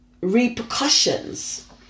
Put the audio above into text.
repercussions